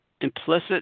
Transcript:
Implicit